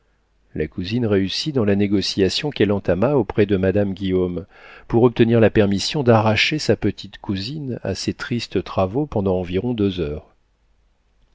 la cousine réussit dans la négociation qu'elle entama auprès de madame guillaume pour obtenir la permission d'arracher sa petite cousine à ses tristes travaux pendant environ deux heures